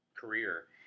career